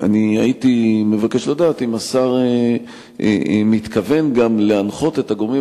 הייתי מבקש לדעת אם השר מתכוון גם להנחות את הגורמים